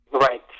Right